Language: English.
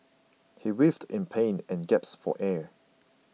he writhed in pain and gasped for air